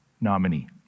nominee